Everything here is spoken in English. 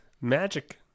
Magic